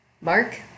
Mark